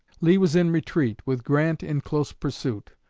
lee was in retreat, with grant in close pursuit.